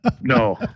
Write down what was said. no